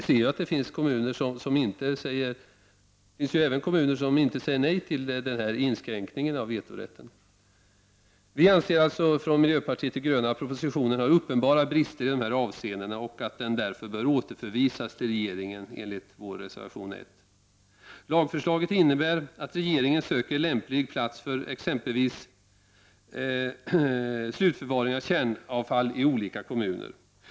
Men det finns ju också kommuner som inte säger nej till den här inskränkningen av vetorätten. Vi anser att propositionen har uppenbara risker i de här avseendena och att den därför bör återförvisas till regeringen, enligt vår reservation 1. Lagförslaget innebär att regeringen söker lämplig plats för exempelvis slutförvaring av kärnavfall i olika kommuner.